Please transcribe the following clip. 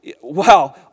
wow